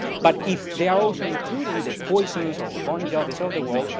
but if they are also including the poison's or the bon jovi's, of the world,